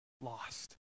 lost